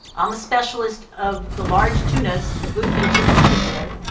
i'm a specialist of the large tunas, the bluefin tuna in particular,